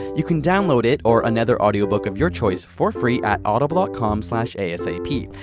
you can download it, or another audio book of your choice, for free, at audible ah com asap.